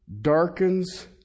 darkens